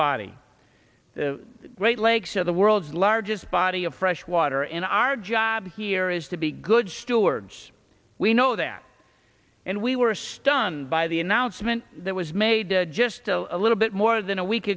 body the great lakes of the world's largest body of fresh water in our job here is to be good stewards we know that and we were stunned by the announcement that was made just a little bit more than a week